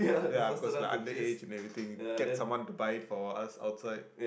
ya cause like underage and everything get someone to buy it for us outside